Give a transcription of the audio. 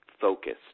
focused